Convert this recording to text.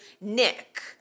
Nick